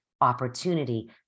opportunity